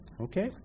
okay